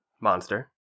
monster